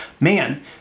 Man